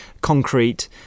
concrete